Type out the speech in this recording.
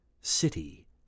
City